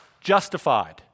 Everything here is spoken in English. justified